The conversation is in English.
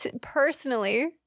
personally